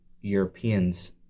europeans